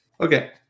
okay